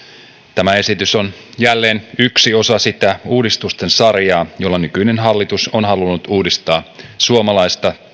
tämä esitys on jälleen yksi osa sitä uudistusten sarjaa jolla nykyinen hallitus on halunnut uudistaa suomalaisia